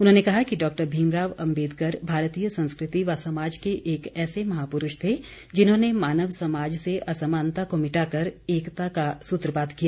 उन्होंने कहा कि डॉक्टर भीमराव अम्बेदकर भारतीय संस्कृति व समाज के एक ऐसे महापुरूष थे जिन्होंने मानव समाज से असमानता को मिटाकर एकता का सूत्रपात किया